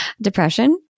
Depression